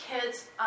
kids